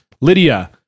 Lydia